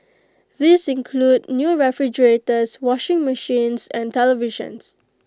these include new refrigerators washing machines and televisions